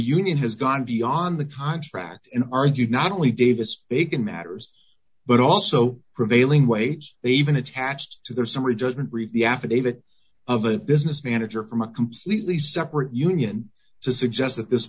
union has gone beyond the contract and argued not only davis bacon matters but also prevailing wages they even attached to their summary judgment brief the affidavit of a business manager from a completely separate union to suggest that this